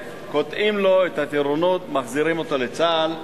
וקוטעים לו את הטירונות, מחזירים אותו לצה"ל.